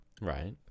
Right